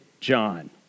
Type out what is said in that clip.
John